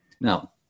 now